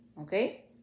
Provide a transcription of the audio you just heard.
okay